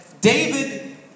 David